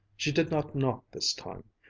she did not knock this time.